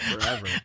forever